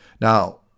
Now